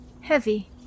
heavy